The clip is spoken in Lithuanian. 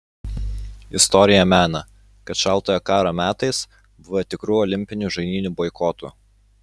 istorija mena kad šaltojo karo metais buvę tikrų olimpinių žaidynių boikotų